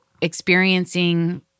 experiencing